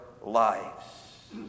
lives